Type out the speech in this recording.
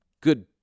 good